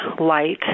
light